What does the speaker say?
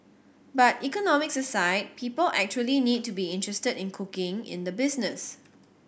but economics aside people actually need to be interested in cooking in the business